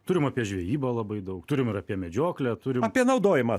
turim apie žvejybą labai daug turim ir apie medžioklę turim apie naudojimą